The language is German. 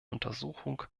untersuchung